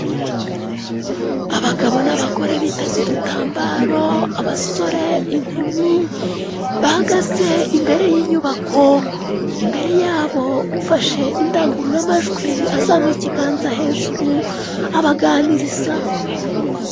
Abagabo n'abagore biteze udutambaro, abasore, inkumi bahagaze imbere y'inyubako. Imbere yabo ufashe indangurura majwi azamuye ikiganza hejuru abaganiriza.